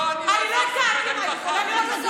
לא אני בחרתי, להצטרף,